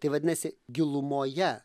tai vadinasi gilumoje